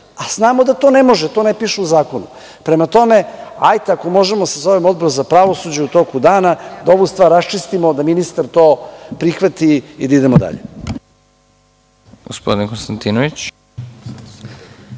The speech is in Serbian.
a znamo da to ne može, to ne piše u zakonu. Prema tome, hajde ako možemo da sazovemo Odbor za pravosuđe u toku dana, da ovu stvar raščistimo, da ministar to prihvati i da idemo dalje. **Nebojša Stefanović**